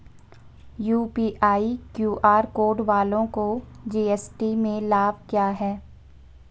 UPI QR code वालों को GST में लाभ क्या है?